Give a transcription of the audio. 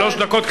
שלוש דקות.